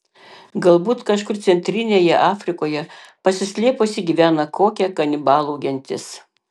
galbūt kažkur centrinėje afrikoje pasislėpusi gyvena kokia kanibalų gentis